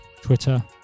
Twitter